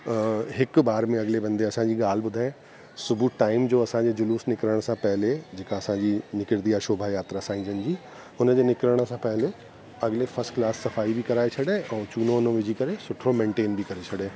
हिक बार में अगले बंदे असांजी ॻाल्हि ॿुधे सुबुह टाइम जो असांजे जुलुस निकरण सां पहिले जेका असांजी निकरंदी आहे शोभा यात्रा साई जन जी हुन जे निकिरण सां पहिले अॻिते फर्स्ट क्लास सफ़ाई बि कराए छॾे ऐं चूनो वूनो विझी करे सुठो मैनटेन बि करे छ्ॾे